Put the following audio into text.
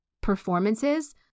performances